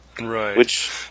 Right